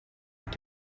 mit